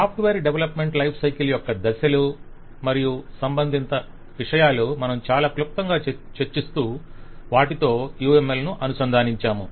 software development life cycle యొక్క దశలు మరియు సంబంధిత విషయాలు మనము చాలా క్లుప్తంగా చర్చిస్తూ వాటితో UML ను అనుసంధానించాము